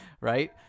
right